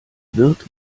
wirt